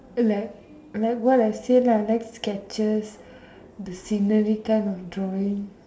like like what I say lah I like sketches the scenery kind of drawing